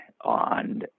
on